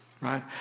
Right